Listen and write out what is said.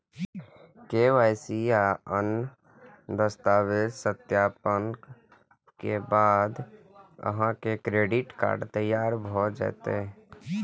KYC आ आन दस्तावेजक सत्यापनक बाद अहांक क्रेडिट कार्ड तैयार भए जायत